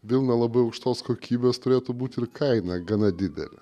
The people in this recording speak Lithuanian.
vilna labai aukštos kokybės turėtų būti ir kaina gana didelė